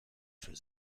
für